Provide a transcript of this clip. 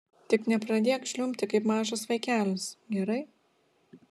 tik nepradėk žliumbti kaip mažas vaikelis gerai